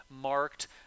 marked